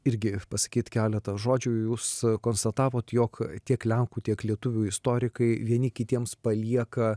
irgi pasakyt keletą žodžių jūs konstatavot jog tiek lenkų tiek lietuvių istorikai vieni kitiems palieka